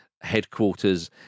headquarters